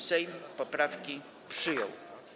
Sejm poprawki przyjął.